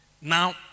now